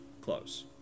close